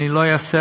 אני לא אהסס,